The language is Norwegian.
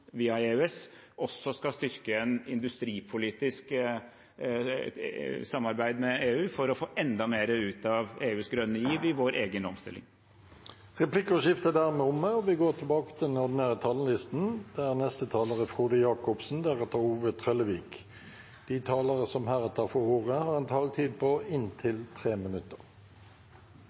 EØS, også skal styrke et industripolitisk samarbeid med EU for å få enda mer ut av EUs grønne giv i vår egen omstilling. Replikkordskiftet er dermed omme. De talere som heretter får ordet, har en taletid på inntil 3 minutter. Da jeg vokste opp her i Oslo på 1970-tallet, var Bjørvika en